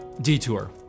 detour